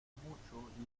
mucho